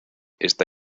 está